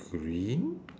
green